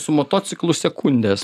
su motociklu sekundės